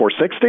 460